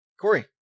Corey